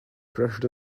crashed